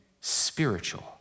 spiritual